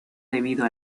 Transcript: debido